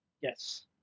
Yes